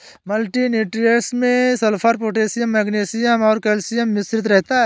multi nutrients में sulphur, potassium magnesium और calcium मिश्रित रहता है